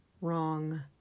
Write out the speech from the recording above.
wrong